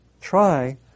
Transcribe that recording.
try